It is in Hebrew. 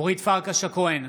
אורית פרקש הכהן,